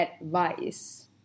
advice